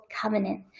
covenant